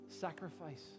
sacrifice